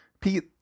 pete